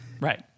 right